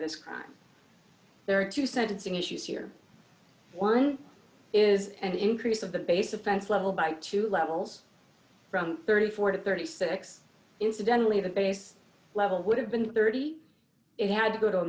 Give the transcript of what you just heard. this crime there are two sentencing issues here one is an increase of the base offense level by two levels from thirty four to thirty six incidentally the base level would have been thirty it had to go to a